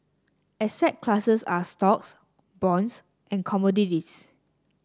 asset classes are stocks bonds and commodities